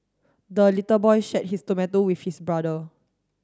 the little boy shared his tomato with his brother